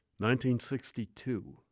1962